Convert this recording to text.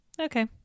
Okay